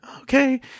okay